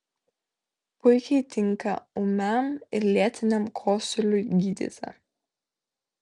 puikiai tinka ūmiam ir lėtiniam kosuliui gydyti